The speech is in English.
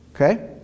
okay